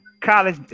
college